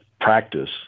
practice